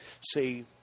say